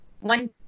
one